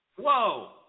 whoa